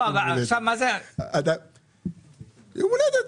יום הולדת.